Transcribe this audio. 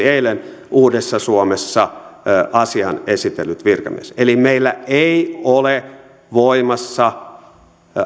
eilen uudessa suomessa asian esitellyt virkamies eli meillä ei ole voimassa